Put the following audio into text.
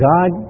God